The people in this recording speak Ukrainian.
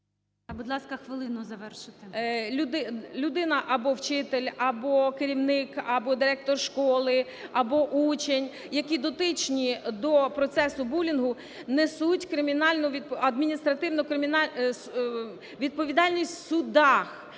Людина, або вчитель, або керівник, або директор школи, або учень, які дотичні до процесу булінгу, несуть кримінальну… адміністративно-кримінальну… відповідальність в судах.